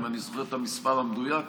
אם אני זוכר את המספר המדויק,